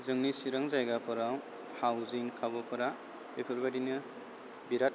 जोंनि चिरां जायगाफोराव हाउजिं खाबुफोरा बेफोरबायदिनो बिराद